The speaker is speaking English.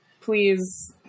Please